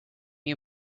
you